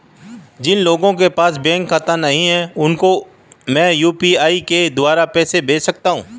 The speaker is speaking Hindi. जिन लोगों के पास बैंक खाता नहीं है उसको मैं यू.पी.आई के द्वारा पैसे भेज सकता हूं?